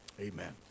Amen